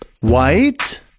White